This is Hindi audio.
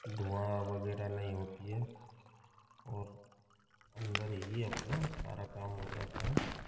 धुआं वगैरह नहीं होती है और अंदर ही अपना सारा काम हो जाता है